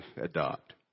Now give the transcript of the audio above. adopt